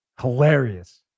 Hilarious